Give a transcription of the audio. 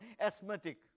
asthmatic